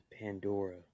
Pandora